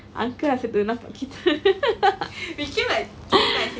uncle asyik ternampak kita